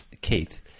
Kate